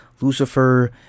Lucifer